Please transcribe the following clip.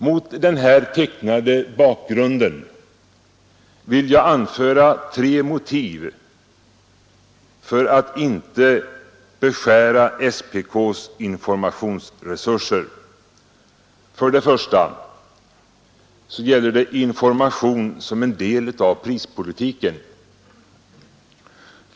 Mot den här tecknade bakgrunden vill jag anföra tre motiv för att inte beskära SPK:s informationsresurser. Det första gäller information som en del av prispolitiken.